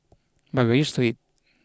but we are used to it